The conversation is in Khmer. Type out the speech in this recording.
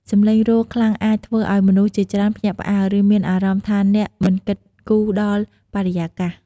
សំឡេងរោទ៍ខ្លាំងអាចធ្វើឲ្យមនុស្សជាច្រើនភ្ញាក់ផ្អើល ឬមានអារម្មណ៍ថាអ្នកមិនគិតគូរដល់បរិយាកាស។